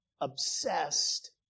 obsessed